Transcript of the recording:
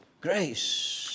grace